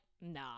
nah